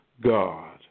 God